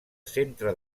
centre